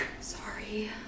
Sorry